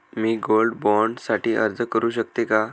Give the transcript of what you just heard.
मी gold bond साठी अर्ज करु शकते का?